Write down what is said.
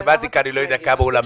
ומתמטיקה לא יודע כמה הוא למד.